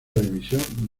división